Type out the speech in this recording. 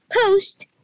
post